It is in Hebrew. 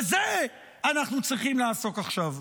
בזה אנחנו צריכים לעסוק עכשיו.